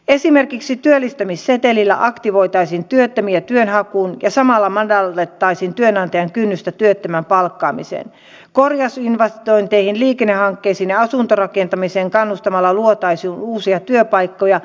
esimerkiksi työllistämissetelillä aktivoitaisiin työttömiä työnhakuun juuri muun muassa näille ihmisillehän pitää epätoivoisesti järjestää vapaapäivänpitomahdollisuuksia sijaishoitoa ja niin edelleen